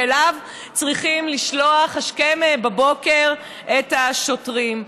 שאליו צריכים לשלוח השכם בבוקר את השוטרים.